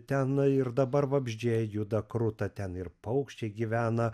ten ir dabar vabzdžiai juda kruta ten ir paukščiai gyvena